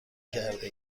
کرده